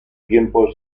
tiempo